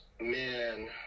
Man